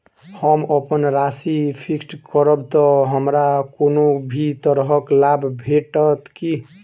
हम अप्पन राशि फिक्स्ड करब तऽ हमरा कोनो भी तरहक लाभ भेटत की?